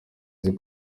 uzi